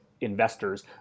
investors